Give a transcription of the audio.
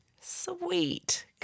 Sweet